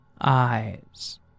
eyes